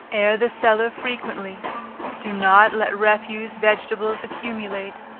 air the cellar frequently do not let refuse vegetables accumulate,